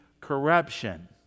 corruption